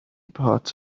part